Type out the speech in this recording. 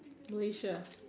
Malaysia